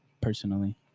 personally